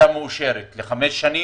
שאושרה לחמש שנים,